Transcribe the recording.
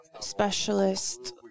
specialist